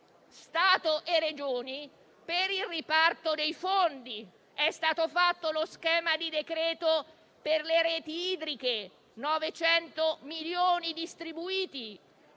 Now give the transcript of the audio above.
rotta di collo per il riparto dei fondi. È stato fatto lo schema di decreto per le reti idriche (900 milioni distribuiti);